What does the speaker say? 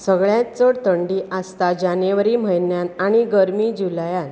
सगळ्यांत चड थंडी आसता जानेवारी म्हयन्यांन आनी गरमी जुलयांत